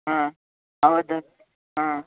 ಹಾಂ ಹೌದ ಹಾಂ